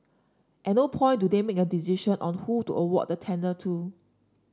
at no point do they make a decision on who to award the tender to